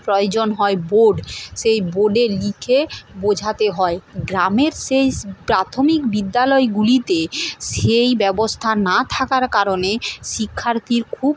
প্রয়োজন হয় বোর্ড সেই বোর্ডে লিখে বোঝাতে হয় গ্রামের সেই স্ প্রাথমিক বিদ্যালয়গুলিতে সেই ব্যবস্থা না থাকার কারণে শিক্ষার্থীর খুব